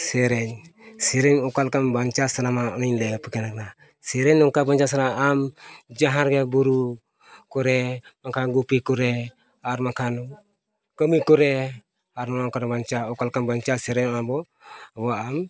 ᱥᱮᱨᱮᱧ ᱥᱮᱨᱮᱧ ᱚᱠᱟ ᱞᱮᱠᱟ ᱵᱟᱧᱪᱟᱣ ᱥᱟᱱᱟᱢᱟ ᱚᱱᱟᱧ ᱞᱟᱹᱭ ᱟᱯᱮ ᱠᱟᱱᱟ ᱥᱮᱨᱮᱧ ᱱᱚᱝᱠᱟ ᱵᱟᱧᱪᱟᱣ ᱥᱟᱱᱟᱢᱟ ᱟᱢ ᱡᱟᱦᱟᱸ ᱨᱮᱜᱮ ᱵᱩᱨᱩ ᱠᱚᱨᱮ ᱚᱱᱠᱟ ᱜᱩᱯᱤ ᱠᱚᱨᱮ ᱟᱨ ᱵᱟᱝᱠᱷᱟᱱ ᱠᱟᱹᱢᱤ ᱠᱚᱨᱮ ᱟᱨ ᱚᱱᱟ ᱠᱚᱨᱮᱜ ᱵᱟᱧᱪᱟᱣ ᱚᱠᱟ ᱞᱮᱠᱟᱢ ᱵᱟᱧᱪᱟᱣᱟ ᱥᱮᱨᱮᱧ ᱚᱱᱟ ᱵᱚᱱ ᱟᱵᱚᱣᱟᱱ